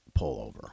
pullover